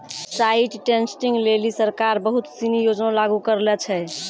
site testing लेलि सरकार बहुत सिनी योजना लागू करलें छै